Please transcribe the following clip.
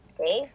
Okay